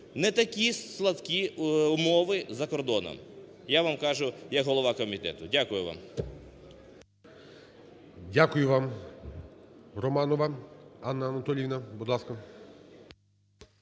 Не такі сладкі умови за кордоном, я вам кажу як голова комітету. Дякую вам. ГОЛОВУЮЧИЙ. Дякую вам. Романова Ганна Анатоліївна. Будь ласка.